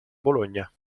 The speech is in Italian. bologna